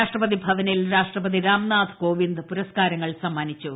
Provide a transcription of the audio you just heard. രാഷ്ട്രപതി ഭവനിൽ രാഷ്ട്രപതി രാംനാഥ് കോവിന്ദ് പുരസ്ക്കാരങ്ങൾ സമ്മാനിച്ചു